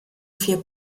vier